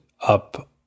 up